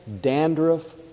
dandruff